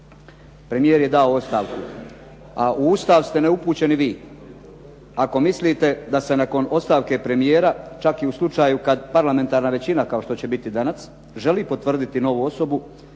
Premijer je dao ostavku. A u Ustav ste neupućeni vi. Ako mislite da se nakon ostavke premijera čak i u slučaju kada parlamentarna većina kao što će biti danas, želi potvrditi novu osobu,